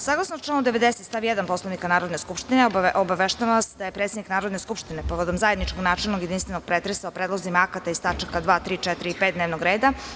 Saglasno članu 90. stav 1. Poslovnika Narodne skupštine obaveštavam vas da je predsednik Narodne skupštine povodom zajedničkog načelnog jedinstvenog pretresa o Predlozima akata iz tačka 2, 3, 4. i 5. dnevnog reda.